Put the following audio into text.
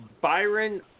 Byron